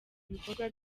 ibikorwa